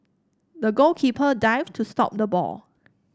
the goalkeeper dived to stop the ball